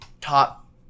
top